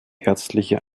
ärztliche